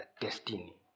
destiny